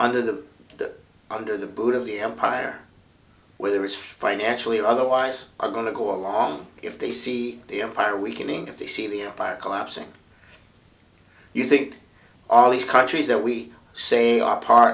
nder the under the boot of the empire whether it's financially or otherwise are going to go on if they see the empire weakening of the sea the empire collapsing you think all these countries that we say are part